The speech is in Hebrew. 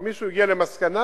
כבר מישהו הגיע למסקנה,